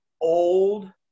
old